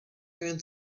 went